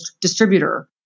distributor